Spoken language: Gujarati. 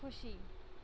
ખુશી